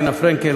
רינה פרנקל,